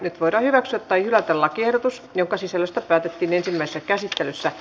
nyt voidaan hyväksyä tai hylätä lakiehdotus jonka sisällöstä päätettiin ensimmäisessä käsittelyssä